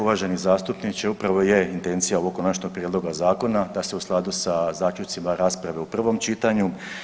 Uvaženi zastupniče upravo je intencija ovog konačnog prijedloga zakona da se u skladu sa zaključcima rasprave u prvom čitanju.